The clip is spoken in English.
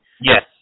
Yes